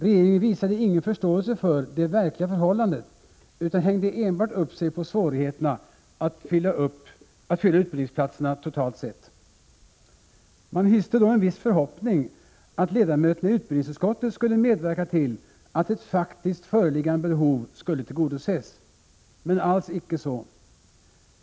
Regeringen visade ingen förståelse för det verkliga förhållandet utan hängde enbart upp sig på svårigheterna att fylla utbildningsplatserna totalt sett. Man hyste då en viss förhoppning att ledamöterna i utbildningsutskottet skulle medverka till att ett faktiskt föreliggande behov skulle tillgodoses. Men alls icke så.